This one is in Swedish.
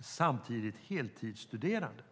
samtidigt är heltidsstuderande.